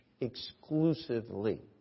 exclusively